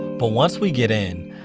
but once we get in,